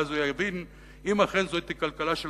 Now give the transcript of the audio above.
ואז הוא יבין אם אכן זוהי כלכלה של